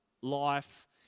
life